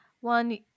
one